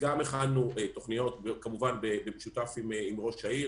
הכנו תוכניות במשותף עם ראש העיר.